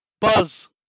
Buzz